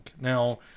now